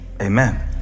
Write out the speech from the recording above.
Amen